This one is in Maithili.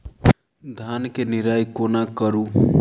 धान केँ निराई कोना करु?